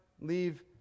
leave